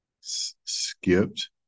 skipped